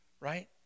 right